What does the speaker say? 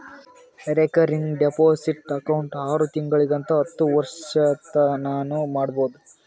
recurring deposit account ಆರು ತಿಂಗಳಿಂತ್ ಹತ್ತು ವರ್ಷತನಾನೂ ಮಾಡ್ಬೋದು